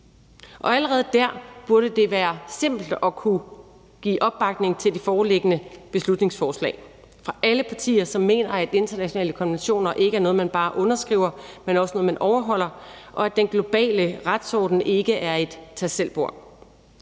Og allerede der burde det være simpelt at kunne give opbakning til det foreliggende beslutningsforslag fra alle partier, som mener, at internationale konventioner ikke er noget, man bare underskriver, men også er noget, man overholder, og at den globale retsorden ikke er et tag selv-bord.